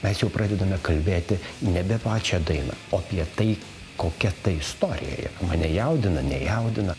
mes jau pradedame kalbėti nebe pačią dainą o apie tai kokia tai istorija mane jaudina nejaudina